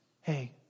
hey